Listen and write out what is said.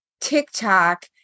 TikTok